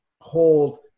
hold